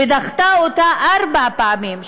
ודחתה אותה ארבע פעמים,